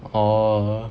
orh